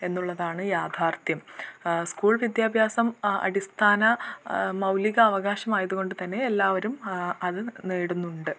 എന്നുള്ളതാണ് യാഥാർത്ഥ്യം സ്കൂൾ വിദ്യാഭ്യാസം അടിസ്ഥാന മൗലിക അവകാശമായതുകൊണ്ട് തന്നെ എല്ലാവരും അത് നേടുന്നുണ്ട്